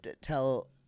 tell